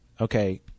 Okay